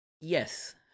yes